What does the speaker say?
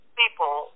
people